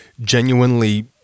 genuinely